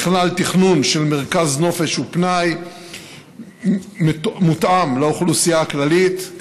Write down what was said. נכלל תכנון של מרכז נופש ופנאי מותאם לאוכלוסייה הכללית,